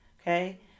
Okay